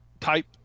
type